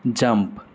jump